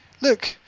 Look